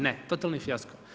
Ne, totalni fijasko.